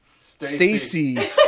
Stacy